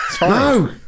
no